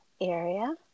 area